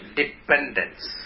dependence